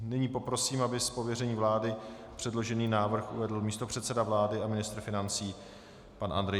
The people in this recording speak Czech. Nyní poprosím, aby z pověření vlády předložený návrh uvedl místopředseda vlády a ministr financí pan Andrej Babiš.